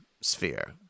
sphere